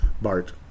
Bart